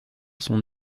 son